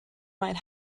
might